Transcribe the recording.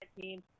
team